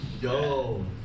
Yo